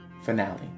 finale